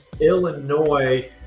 Illinois